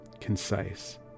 concise